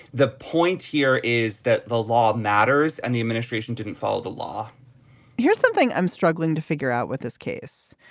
the point here is that the law matters and the administration didn't follow the law here's something i'm struggling to figure out with this case.